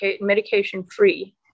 medication-free